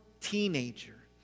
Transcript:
teenager